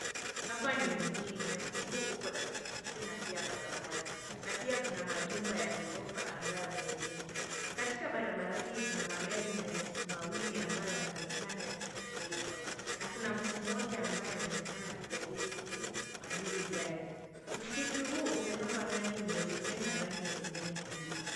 Hapa ni mjini na mji huu uko na msikiti na pia barabara. Na pia kuna majumba ya ghorofa ambayo yamejengwa. Katika barabara hii kuna magari mawili ambayo yanaonekana yakiendeshwa na kuna mtu mmoja ambaye anaonekana akijaribu kuabiri gari. Msikiti huu umepakwa rangi nyeupe na rangi ya kijani kibichi.